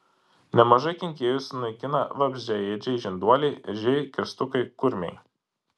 nemažai kenkėjų sunaikina vabzdžiaėdžiai žinduoliai ežiai kirstukai kurmiai